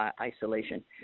isolation